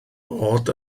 bod